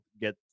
get